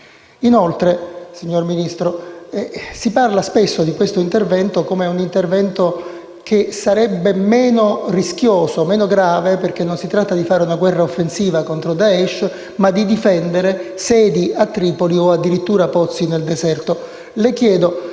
Inoltre, signor Ministro, si dice spesso che questo intervento sarebbe meno rischioso e grave, perché si tratta non di fare una guerra offensiva contro Daesh, ma di difendere sedi a Tripoli o addirittura pozzi nel deserto.